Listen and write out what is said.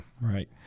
Right